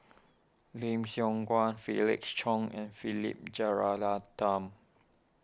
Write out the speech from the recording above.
Lim Siong Guan Felix Cheong and Philip Jeyaretnam